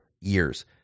years